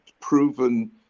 proven